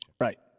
Right